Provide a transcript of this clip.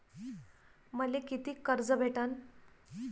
मले कितीक कर्ज भेटन?